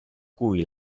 cui